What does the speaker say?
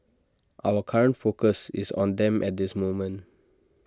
our current focus is on them at this moment